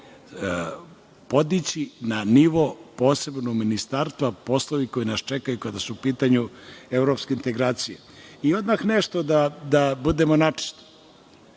podići na nivo posebnog ministarstva poslovi koji nas čekaju kada su u pitanju evropske integracije. Odmah nešto da budemo načisto.